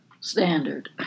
standard